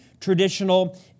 traditional